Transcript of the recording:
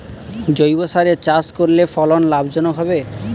জৈবসারে চাষ করলে ফলন লাভজনক হবে?